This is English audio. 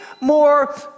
more